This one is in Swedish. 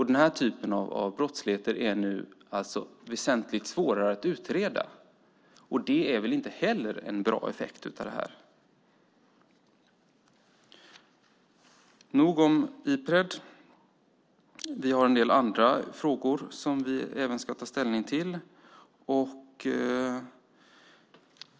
Den typen av brottslighet är nu väsentligt svårare att utreda. Det är inte heller en bra effekt av detta. Nog om Ipred. Vi har även en del andra frågor som vi ska ta ställning till.